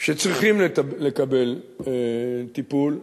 שצריכים לקבל טיפול,